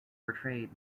betrayed